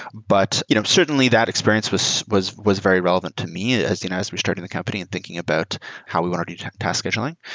but you know certainly, that experience was was very relevant to me as you know as we're starting the company and thinking about how we want to do task scheduling.